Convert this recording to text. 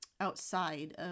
outside